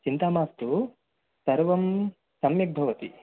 चिन्ता मास्तु सर्वं सम्यक् भवति